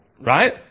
Right